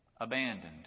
abandoned